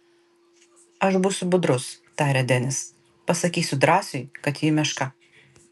aš būsiu budrus tarė denis pasakysiu drąsiui kad ji meška